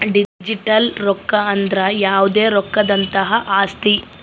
digital ರೊಕ್ಕ ಅಂದ್ರ ಯಾವ್ದೇ ರೊಕ್ಕದಂತಹ ಆಸ್ತಿ